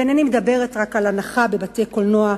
ואינני מדברת רק על הנחה בבתי-קולנוע,